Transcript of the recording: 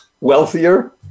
wealthier